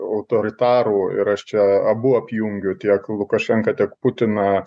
autoritarų ir aš čia abu apjungiu tiek lukašenką tiek putiną